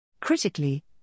Critically